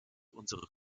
unsere